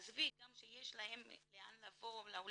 עזבו גם שיש לעולים הברזילאים לאן לבוא,